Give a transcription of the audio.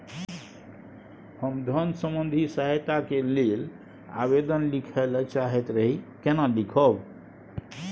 हम धन संबंधी सहायता के लैल आवेदन लिखय ल चाहैत रही केना लिखब?